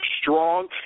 strong